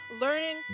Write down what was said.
learning